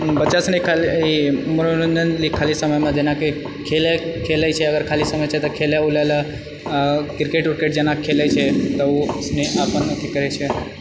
हम बच्चासने इ खाली मनोरञ्जन लिअऽ खाली समयमे जेनाकि खेलै खेलयछिये अगर खाली समयछै तऽ खेलै वूलै लऽ आ क्रिकेट व्रुकेट जेना खेलैछै तऽ ओ इसमे अपन अथि करैछे